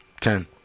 Ten